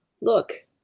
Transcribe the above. Look